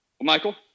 Michael